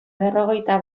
berrogeita